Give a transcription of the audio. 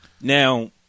Now